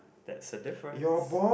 that's a difference